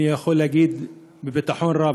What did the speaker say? אני יכול להגיד בביטחון רב,